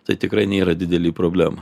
tai tikrai nėra didelė problema